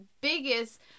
biggest